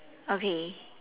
okay